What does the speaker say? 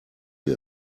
wir